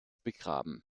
begraben